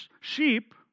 sheep